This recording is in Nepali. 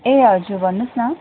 ए हजुर भन्नु होस् न